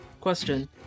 question